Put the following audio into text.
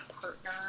partner